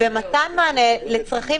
במתן מענה לצרכים